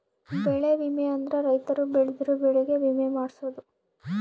ಬೆಳೆ ವಿಮೆ ಅಂದ್ರ ರೈತರು ಬೆಳ್ದಿರೋ ಬೆಳೆ ಗೆ ವಿಮೆ ಮಾಡ್ಸೊದು